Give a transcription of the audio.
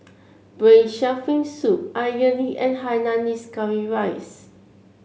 Braised Shark Fin Soup idly and Hainanese Curry Rice